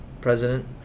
president